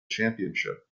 championship